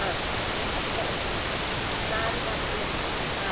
ആ ഒറ്റ നാല് മാസം വെച്ച് ആ